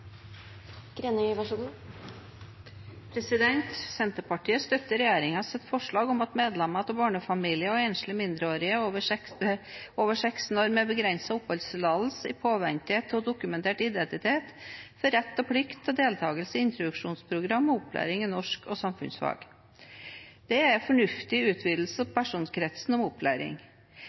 Senterpartiet støtter regjeringens forslag om at medlemmer i barnefamilier og enslige mindreårige over 16 år med begrenset oppholdstillatelse i påvente av dokumentert identitet får rett og plikt til deltakelse i introduksjonsprogram og opplæring i norsk og samfunnsfag. Det er en fornuftig utvidelse av personkretsen for opplæring.